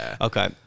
Okay